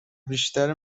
بیشتر